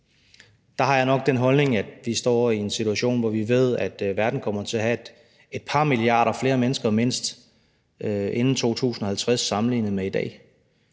Der har jeg nok den holdning, at vi står i en situation, hvor vi ved, at verden kommer til at have et par milliarder flere mennesker, mindst, inden 2050 sammenlignet med i dag.